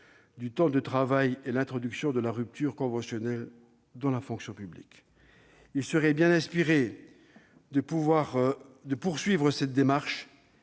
du temps de travail et l'introduction de la rupture conventionnelle dans la fonction publique. Il serait bien inspiré de poursuivre dans